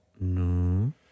No